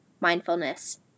mindfulness